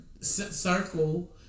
circle